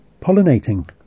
pollinating